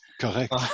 Correct